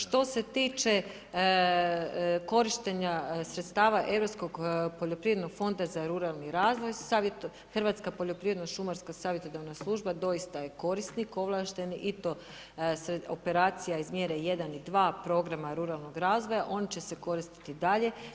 Što se tiče korištenja sredstava Europskog poljoprivrednog fonda za ruralni razvoj Hrvatska poljoprivredno-šumarska savjetodavna služna doista je korisnik ovlašten i to operacija iz mjere 1. i 2. Programa ruralnog razvoja, on će se koristiti i dalje.